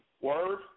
Word